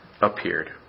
appeared